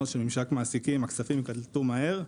של ממשק מעסיקים ושהכספים ייקלטו מהר,